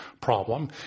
problem